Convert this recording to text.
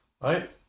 Right